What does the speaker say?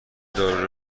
دارو